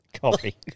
Copy